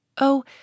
Oh